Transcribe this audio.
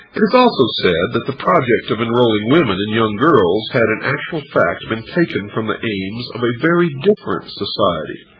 it is also said that the project of enrolling women and young girls had in actual fact been taken from the aims of a very different society,